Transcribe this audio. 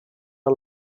are